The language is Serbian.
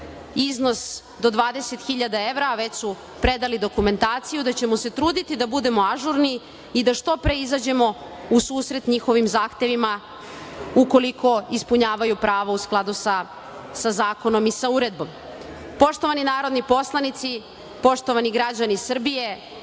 iznos do 20.000 hiljada evra, a već su predali dokumentaciju i da ćemo se truditi da budemo ažurni i da što pre izađemo u susret njihovim zahtevima, ukoliko ispunjavaju pravo u skladu sa zakonom i uredbom. Poštovani narodni poslanici, poštovani građani Srbije,